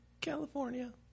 California